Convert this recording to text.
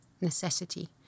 necessity